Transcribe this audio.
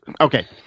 okay